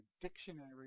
dictionary